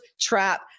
trap